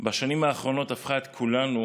בשנים האחרונות הפכה את כולנו